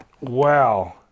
wow